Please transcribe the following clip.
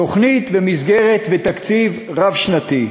תוכנית ומסגרת ותקציב רב-שנתי.